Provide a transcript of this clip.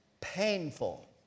painful